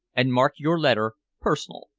and mark your letter personal.